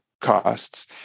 costs